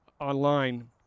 online